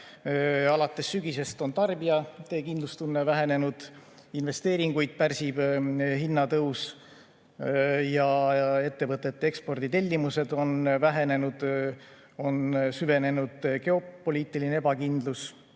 Alates sügisest on tarbijate kindlustunne vähenenud, investeeringuid pärsib hinnatõus ja ettevõtete eksporditellimused on vähenenud. On süvenenud geopoliitiline ebakindlus,